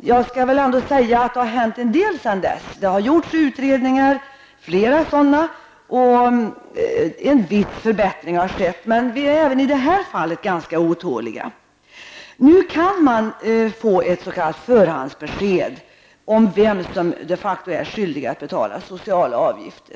i och för sig medge att det har hänt en del sedan dess. Flera utredningar har gjorts, och en viss förbättring har skett. Men vi är även i det här avseendet ganska otåliga. Numera går det att få ett s.k. förhandsbesked om vem som de facto är skyldig att betala sociala avgifter.